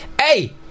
Hey